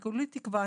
וכולי תקווה.